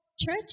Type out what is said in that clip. church